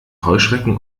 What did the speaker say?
heuschrecken